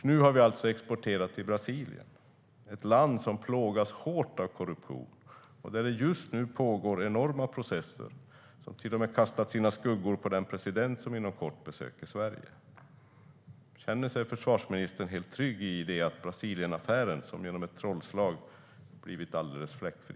Nu har vi alltså exporterat till Brasilien, ett land som plågas hårt av korruption och där det just nu pågår enorma processer som även kastat sina skuggor på presidenten som inom kort besöker Sverige. Känner sig försvarsministern helt trygg i att Brasilienaffären som genom ett trollslag har blivit alldeles fläckfri?